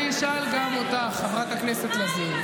היושב-ראש.